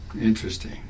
Interesting